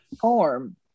form